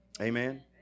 Amen